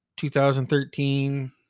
2013